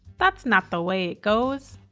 that's not the way it goes.